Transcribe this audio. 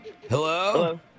hello